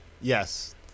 Yes